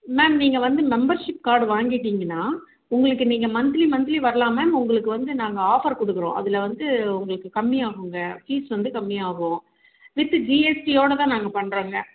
ma'am நீங்கள் வந்து membership card வாங்கிட்டிங்கன்னால் உங்களுக்கு நீங்கள் மந்த்லி மந்த்லி வரலாம் மேம் உங்களுக்கு வந்து நாங்கள் ஆஃபர் கொடுக்கறோம் அதில் வந்து உங்களுக்கு கம்மியாகுங்க ஃபீஸ் வந்து கம்மியாகும் வித்து ஜிஎஸ்டியோடு தான் நாங்கள் பண்ணுறோங்க